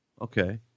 okay